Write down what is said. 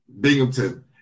Binghamton